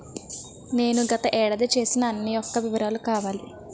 నేను గత ఏడాది చేసిన అన్ని యెక్క వివరాలు కావాలి?